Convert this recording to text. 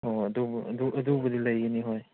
ꯍꯣꯏ ꯍꯣꯏ ꯑꯗꯨ ꯑꯗꯨꯕꯨꯗꯤ ꯂꯩꯒꯅꯤ ꯍꯣꯏ